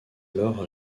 alors